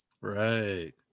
Right